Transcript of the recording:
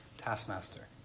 Taskmaster